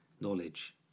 knowledge